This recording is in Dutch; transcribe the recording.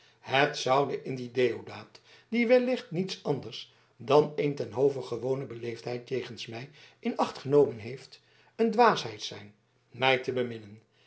het zoude in dien deodaat die wellicht niets anders dan een ten hove gewone beleefdheid jegens mij in acht genomen heeft een dwaasheid zijn mij te